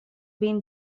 been